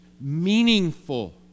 meaningful